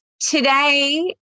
today